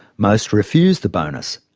most refused the bonus.